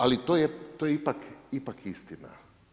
Ali to je ipak istina.